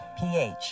pH